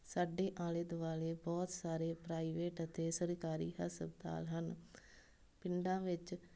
ਸਾਡੇ ਆਲੇ ਦੁਆਲੇ ਬਹੁਤ ਸਾਰੇ ਪ੍ਰਾਈਵੇਟ ਅਤੇ ਸਰਕਾਰੀ ਹਸਪਤਾਲ ਹਨ ਪਿੰਡਾਂ ਵਿੱਚ